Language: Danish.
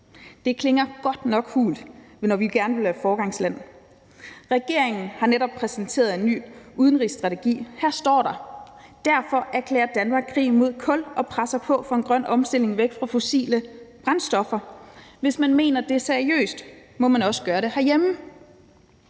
Det klinger godt nok hult, når vi gerne vil være foregangsland. Regeringen har netop præsenteret en ny udenrigsstrategi. Her står der: Derfor erklærer Danmark krig imod kul og presser på for en grøn omstilling væk fra fossile brændstoffer. Hvis man mener det seriøst, må man også gøre det herhjemme.